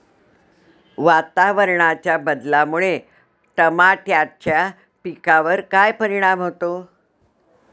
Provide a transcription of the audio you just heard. वातावरणाच्या बदलामुळे टमाट्याच्या पिकावर काय परिणाम होतो?